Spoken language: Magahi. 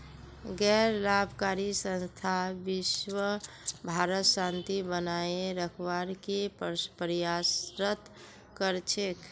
गैर लाभकारी संस्था विशव भरत शांति बनए रखवार के प्रयासरत कर छेक